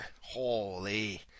holy